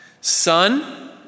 Son